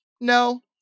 No